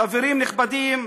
חברים נכבדים,